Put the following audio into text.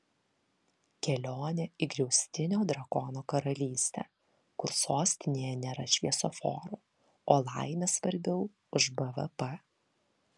kelionė į griaustinio drakono karalystę kur sostinėje nėra šviesoforų o laimė svarbiau už bvp